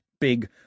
Big